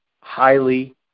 highly